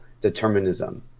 determinism